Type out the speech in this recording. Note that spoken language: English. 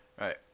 Right